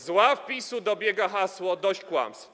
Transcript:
Z ław PiS-u dobiega hasło: dość kłamstw.